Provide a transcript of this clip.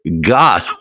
God